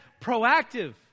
proactive